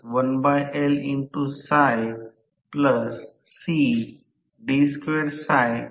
आणि हे बाजू रोटर बाजू आहे हा प्रतिक्रिय आहे आणि हे r2s आहे की कारण हा भाग बदलणारा भाग आहे हे स्लिप वर अवलंबून आहे